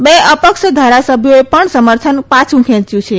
બે અપક્ષ ધારાસભ્યોએ પણ સમર્થન પાછું ખેંચ્યું છે